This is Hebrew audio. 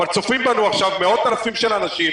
אבל צופים בנו עכשיו מאות אלפים של אנשים.